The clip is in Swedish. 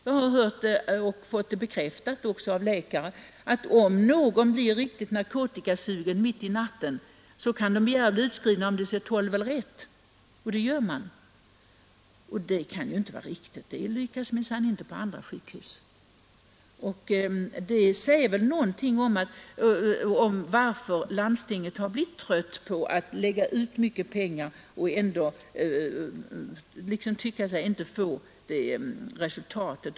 Jag har av en läkare fått bekräftat, att om någon patient blir riktigt narkotikasugen mitt i natten, så kan vederbörande begära att bli utskriven även om klockan är 24.00 eller 1.00. Och han blir utskriven! Men det kan ju inte vara riktigt. Det lyckas minsann inte på andra sjukhus. Men det säger väl någonting om varför landstinget har tröttnat på att lägga ut stora summor och aldrig få se något resultat av sina ansträngningar.